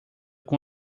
com